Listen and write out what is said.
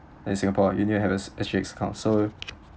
in singapore you need to have a S_G_X account so